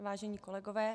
Vážení kolegové.